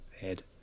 head